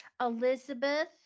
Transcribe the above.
Elizabeth